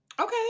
Okay